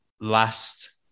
last